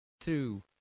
two